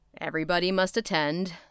everybody-must-attend